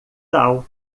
tal